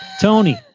Tony